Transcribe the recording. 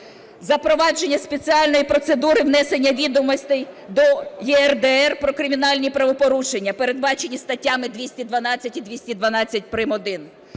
Запровадження спеціальної процедури внесення відомостей до ЄРДР про кримінальні правопорушення, передбачені статтями 212 і 212 прим.1.